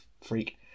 Freak